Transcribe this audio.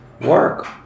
work